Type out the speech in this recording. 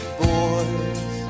boys